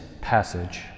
passage